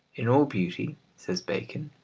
in all beauty says bacon,